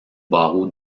barreau